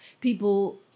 people